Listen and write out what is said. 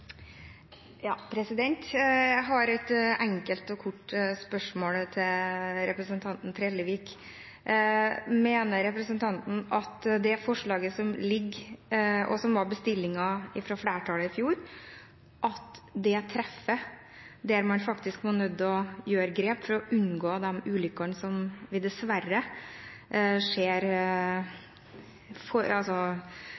Ja. Representanten Trellevik har tatt opp det forslaget han refererte til. Det blir replikkordskifte. Jeg har et enkelt og kort spørsmål til representanten Trellevik: Mener representanten at det forslaget som ligger, og som var bestillingen fra flertallet i fjor, treffer der man er nødt til å ta grep for å unngå de ulykkene vi dessverre ser?